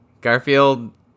Garfield